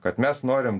kad mes norim